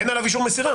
אין עליו אישור מסירה.